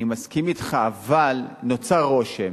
אני מסכים אתך, אבל נוצר רושם,